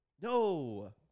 no